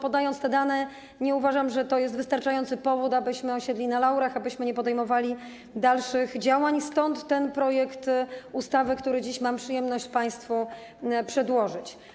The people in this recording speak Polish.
Podając te dane, nie uważam, że to jest wystarczający powód, abyśmy osiedli na laurach, abyśmy nie podejmowali dalszych działań, stąd ten projekt ustawy, który dziś mam przyjemność państwu przedłożyć.